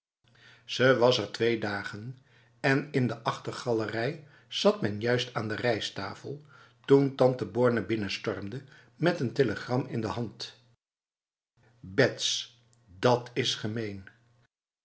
ze was er twee dagen en in de achtergalerij zat men juist aan de rijsttafel toen tante borne binnenstormde met een telegram in de hand bets dat is gemeen